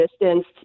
distanced